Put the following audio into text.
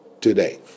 today